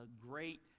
great